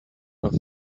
off